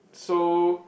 so